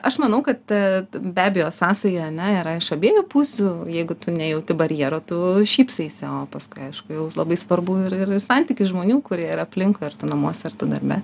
aš manau kad be abejo sąsaja ar ne yra iš abiejų pusių jeigu tu nejauti barjero tu šypsaisi o paskui aišku jau labai svarbu ir ir santykis žmonių kurie yra aplinkui ar tu namuose ar tu darbe